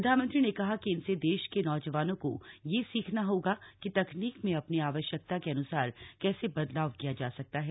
प्रधानमंत्री ने कहा कि इनसे देश के नौजवानों को यह सीखना होगा कि तकनीक में अपनी आवश्यकता के अन्सार कैसे बदलाव किया जा सकता है